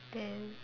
then